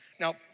Now